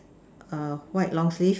err white long sleeves